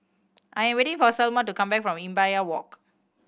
I am waiting for Selmer to come back from Imbiah Walk